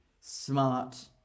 smart